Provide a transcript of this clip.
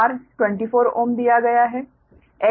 R 24 Ω दिया गया है